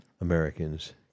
Americans